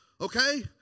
Okay